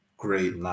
Great